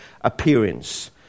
appearance